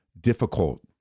difficult